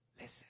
Listen